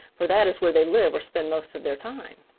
for that is where they live or spend most of their time.